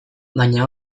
baina